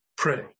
Pray